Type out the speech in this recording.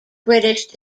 british